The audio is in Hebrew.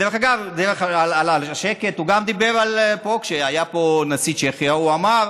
דרך אגב, כשהיה פה נשיא צ'כיה הוא אמר: